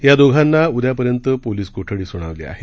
या दोघांना उद्यापर्यंत पोलीस कोठडी सुनावली आहे